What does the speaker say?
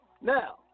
now